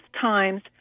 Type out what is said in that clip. times